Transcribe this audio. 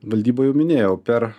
valdyba jau minėjau per